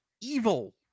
evil